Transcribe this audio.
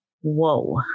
Whoa